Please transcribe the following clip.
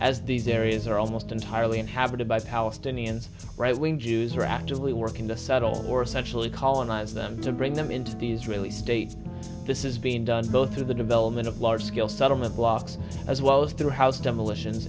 as these areas are almost entirely inhabited by palestinians jews who are actively working to settle or essentially colonize them to bring them into the israeli state this is being done both through the development of large scale settlement blocks as well as through house demolition